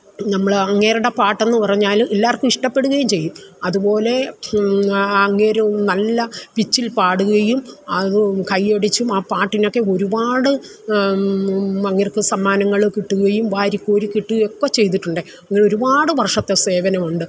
നമ്മൾ അങ്ങേരുടെ പാട്ടെന്ന് പറഞ്ഞാൽ എല്ലാവർക്കും ഇഷ്ടപ്പെടുകയും ചെയ്യും അതുപോലെ അങ്ങേർ നല്ല പിച്ചിൽ പാടുകയും അത് കയ്യടിച്ചും ആ പാട്ടിനൊക്കെ ഒരുപാട് അങ്ങേർക്ക് സമ്മാനങ്ങൾ കിട്ടുകയും വാരിക്കോരി കിട്ടുകയുമൊക്കെ ചെയ്തിട്ടുണ്ട് അങ്ങനെ ഒരുപാട് വർഷത്തെ സേവനമുണ്ട്